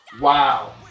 wow